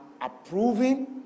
approving